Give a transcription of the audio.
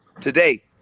today